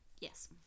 Yes